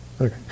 Okay